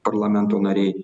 parlamento nariai